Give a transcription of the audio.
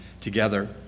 together